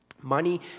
Money